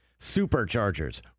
Superchargers